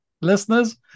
listeners